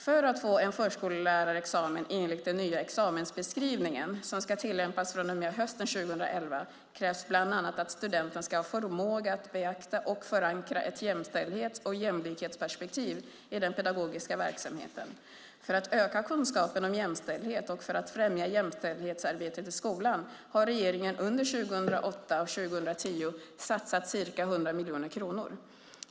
För att få en förskollärarexamen enligt den nya examensbeskrivningen som ska tillämpas från och med hösten 2011 krävs bland annat att studenten ska ha förmåga att beakta och förankra ett jämställdhets och jämlikhetsperspektiv i den pedagogiska verksamheten. För att öka kunskapen om jämställdhet och för att främja jämställdhetsarbetet i skolan har regeringen under 2008-2010 satsat ca 100 miljoner kronor.